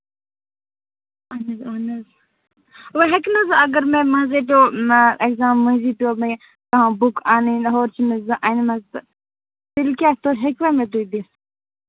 ادٕ حظ اَہَن حظ وۅنۍ ہیٚکہِ نہ حظ اَگر مےٚ منٛزَے پیوٚو ایٚکزام مٔزیٖد پیوٚو مےٚ کانٛہہ بُک اَنٕنۍ ہورٕ چھِ مےٚ زٕ اَنہِ مَژٕ تیٚلہِ کیٛاہ تُہۍ ہیٚکوا مےٚ تُہۍ دِتھ